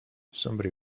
somebody